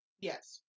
Yes